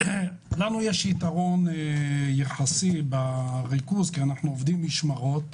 לנו יש יתרון יחסי בריכוז כי אנחנו עובדים במשמרות.